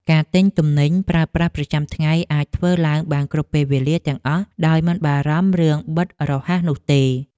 ការទិញទំនិញប្រើប្រាស់ប្រចាំថ្ងៃអាចធ្វើឡើងបានគ្រប់ពេលវេលាទាំងអស់ដោយមិនបារម្ភរឿងបិទរហ័សនោះទេ។